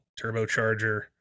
turbocharger